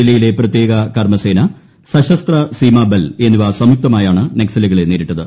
ജില്ലയിലെ പ്രത്യേക കർമസേന സശസ്ത്ര സീമാ ബൽ എന്നിവ സംയുക്തമായാണ് നക്സലുകളെ നേരിട്ടത്